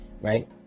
right